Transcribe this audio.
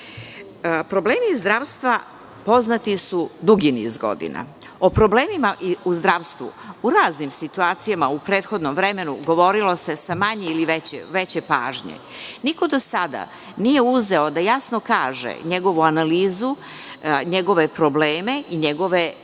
zdravstva poznati su dugi niz godina. O problemima u zdravstvu u raznim situacijama u prethodnom vremenu govorilo se sa manje ili više pažnje. Niko do sada nije uzeo da jasno kaže njegovu analizu, njegove probleme i njegove krivce.